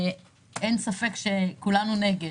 כולנו נגד,